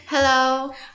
Hello